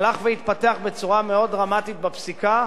הלך והתפתח בצורה מאוד דרמטית בפסיקה,